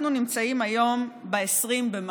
אנחנו נמצאים היום ב-20,